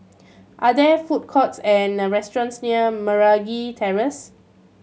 are there food courts and the restaurants near Meragi Terrace